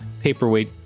Paperweight